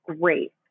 great